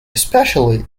especially